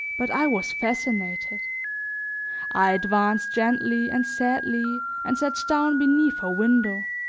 but i was fascinated i advanced gently and sadly and sat down beneath her window.